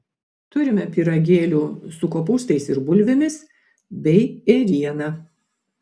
turime pyragėlių su kopūstais ir bulvėmis bei ėriena